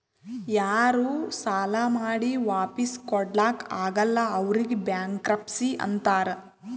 ಯಾರೂ ಸಾಲಾ ಮಾಡಿ ವಾಪಿಸ್ ಕೊಡ್ಲಾಕ್ ಆಗಲ್ಲ ಅವ್ರಿಗ್ ಬ್ಯಾಂಕ್ರಪ್ಸಿ ಅಂತಾರ್